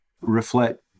reflect